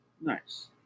Nice